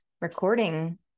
recording